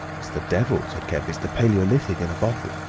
it's the devil, said kemp. it's the palaeolithic in a bottle.